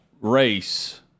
race